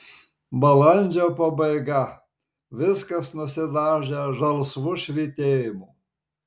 balandžio pabaiga viskas nusidažę žalsvu švytėjimu